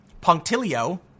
punctilio